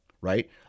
right